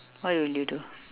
what will you do